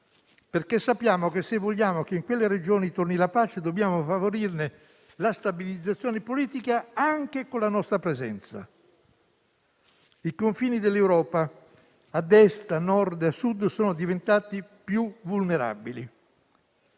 perché sappiamo che, se vogliamo che in quelle regioni torni la pace, dobbiamo favorirne la stabilizzazione politica anche con la nostra presenza. I confini dell'Europa a Est, a Nord e a Sud sono diventati più vulnerabili.